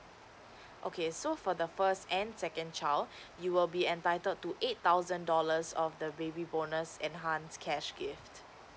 okay so for the first and second child you will be entitled to eight thousand dollars of the baby bonus enhance cash gift